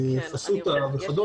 פסוטה וכדומה.